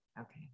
okay